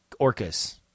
Orcas